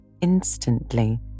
instantly